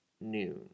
noon